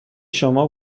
شما